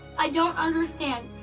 i don't understand.